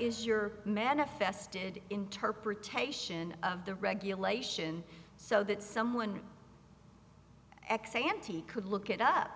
is your manifested interpretation of the regulation so that someone ex ante could look it up